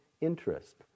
interest